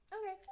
Okay